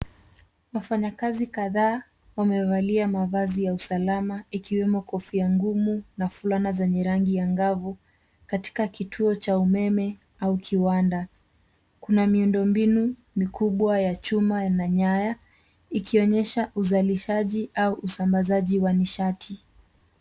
Wafanyakazi kadhaa wamevalia mavazi ya usalama ikiwemo kofia ngumu na fulana zenye rangi ya angavu katika kituo cha umeme au kiwanda. Kuna miundombinu mikubwa wa chuma na nyaya, ikionyesha uzalishaji au usambazaji wa nishati.